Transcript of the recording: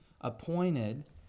appointed